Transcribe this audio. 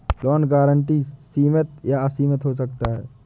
loan guarantee सीमित या असीमित हो सकता है